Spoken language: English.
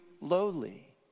lowly